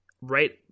right